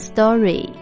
Story